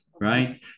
right